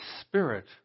spirit